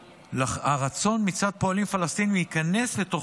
הרצון מצד פועלים פלסטינים להיכנס לתוך